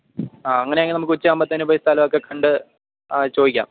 ആ അങ്ങനെ ആണെങ്കിൽ നമുക്ക് ഉച്ചയാകുമ്പത്തേനും പോയി സ്ഥലമൊക്കെ കണ്ട് ചോദിക്കാം